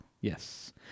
Yes